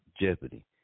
jeopardy